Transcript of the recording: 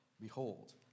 Behold